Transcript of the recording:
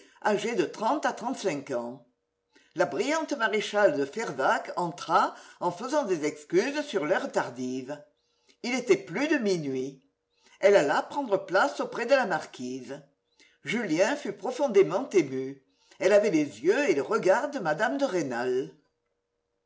âgées de trente à trente-cinq ans la brillante maréchale de fervaques entra en faisant des excuses sur l'heure tardive il était plus de minuit elle alla prendre place auprès de la marquise julien fut profondément ému elle avait les yeux et le regard de mme de rênal